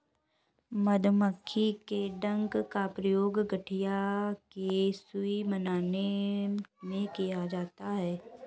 मधुमक्खी के डंक का प्रयोग गठिया की सुई बनाने में किया जाता है